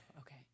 Okay